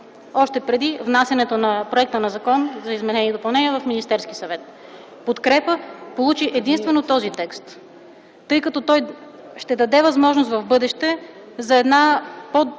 още преди внасянето на законопроекта за изменение и допълнение в Министерски съвет. Подкрепа получи единствено този текст, тъй като той ще даде възможност в бъдеще за една по-изчерпателна,